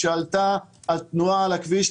כשעלתה התנועה על הכביש,